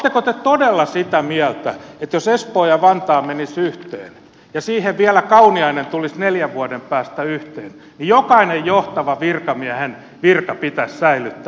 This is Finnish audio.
oletteko te todella sitä mieltä että jos espoo ja vantaa menisivät yhteen ja siihen vielä kauniainen tulisi neljän vuoden päästä niin jokainen johtavan virkamiehen virka pitäisi säilyttää